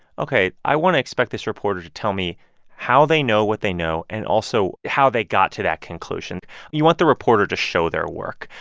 ok, i want to expect this reporter to tell me how they know what they know and also how they got to that conclusion you want the reporter to show their work.